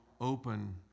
open